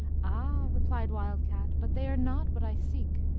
ah! replied wild cat, but they are not what i seek.